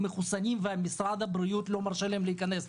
מחוסנים ומשרד הבריאות לא מרשה להם להיכנס.